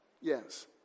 yes